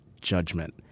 judgment